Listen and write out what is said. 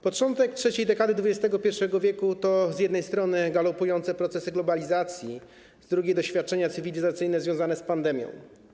Początek trzeciej dekady XXI w. to, z jednej strony, galopujące procesy globalizacji, z drugiej doświadczenia cywilizacyjne związane z pandemią.